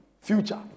future